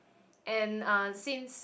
and uh since